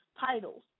titles